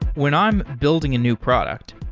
when i'm building a new product,